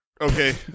Okay